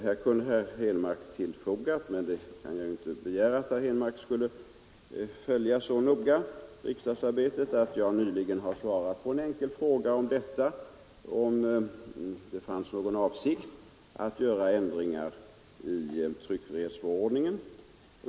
Här kunde herr Henmark ha tillfogat — men jag kan ju inte begära att herr Henmark skall följa riksdagsarbetet så noga — att jag nyligen har svarat på en enkel fråga om huruvida det fanns någon avsikt att göra ändringar i tryckfrihetsförordningen.